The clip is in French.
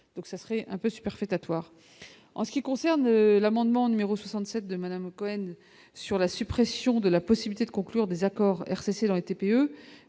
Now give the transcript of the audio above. donc ça serait un peu superfétatoire en ce qui concerne l'amendement numéro 67 de Madame Cohen sur la suppression de la possibilité de conclure des accords RCC dans les TPE.